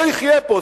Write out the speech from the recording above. לא יחיה פה.